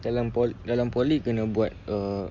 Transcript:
dalam poly kena buat err